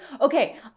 okay